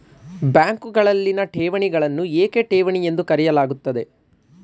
ಬ್ಯಾಂಕುಗಳಲ್ಲಿನ ಠೇವಣಿಗಳನ್ನು ಏಕೆ ಠೇವಣಿ ಎಂದು ಕರೆಯಲಾಗುತ್ತದೆ?